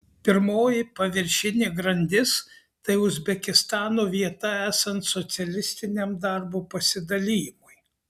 pirmoji paviršinė grandis tai uzbekistano vieta esant socialistiniam darbo pasidalijimui